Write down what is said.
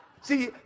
See